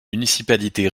municipalité